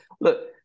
look